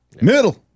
Middle